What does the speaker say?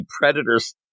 predators